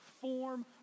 form